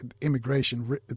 immigration